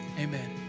Amen